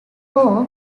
four